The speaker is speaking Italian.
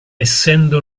essendo